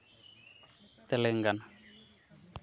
Telangana